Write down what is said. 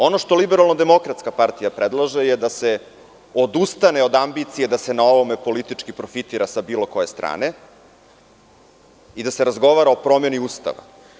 Ono što LDP predlaže je da se odustane od ambicije da se na ovome politički profitira sa bilo koje strane i da se razgovara o promeni Ustava.